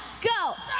go.